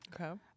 Okay